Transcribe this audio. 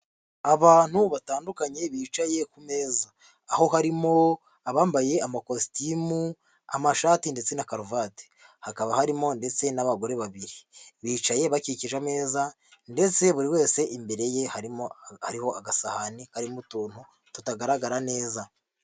Abantu batandukanye bicaye ku meza aho harimo abambaye amakositimu, amashati ndetse na karuvati, hakaba harimo ndetse n'abagore babiri bicaye bakikije ameza ndetse buri wese imbere ye hari agasahani karimo utuntu tutagaragara neza.